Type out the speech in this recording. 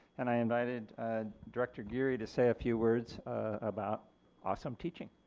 and i invited director geary to say a few words about awesome teaching.